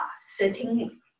sitting